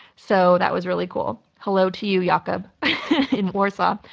so that was really cool. hello to you, yeah jacob in warsaw.